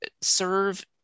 serve